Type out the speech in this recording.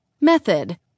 Method